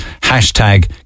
Hashtag